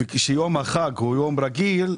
כשיום החג הוא יום רגיל,